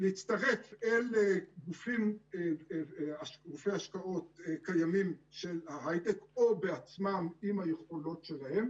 להצטרף אל גופי השקעות קיימים של ההיי-טק או בעצמם עם היכולות שלהם,